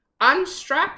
unstrap